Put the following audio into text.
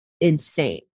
insane